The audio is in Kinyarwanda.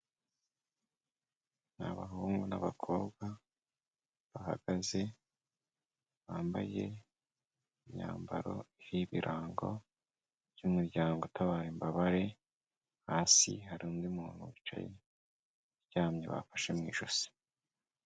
Ni abahungu n'abakobwa bahagaze, bambaye imyambaro y'ibirango by'umuryango utabara imbabare, hasi hari undi muntu wicaye, uryamye bafashe mu ijosi.